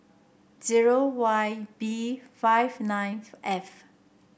zero Y B five nine F